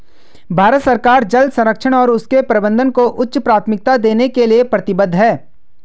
भारत सरकार जल संरक्षण और उसके प्रबंधन को उच्च प्राथमिकता देने के लिए प्रतिबद्ध है